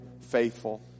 faithful